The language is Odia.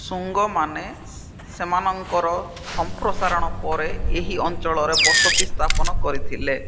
ସୁଙ୍ଗମାନେ ସେମାନଙ୍କର ସଂପ୍ରସାରଣ ପରେ ଏହି ଅଞ୍ଚଳରେ ବସତି ସ୍ଥାପନ କରିଥିଲେ